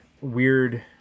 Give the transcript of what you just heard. weird